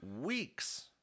weeks